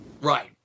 Right